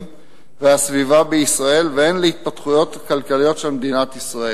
והסביבה בישראל והן להתפתחותה הכלכלית של מדינת ישראל.